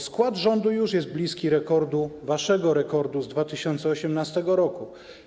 Skład rządu już jest bliski rekordu, waszego rekordu z 2018 r.